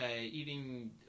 eating